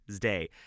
day